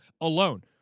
alone